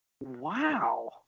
wow